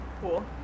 Cool